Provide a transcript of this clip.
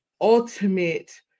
ultimate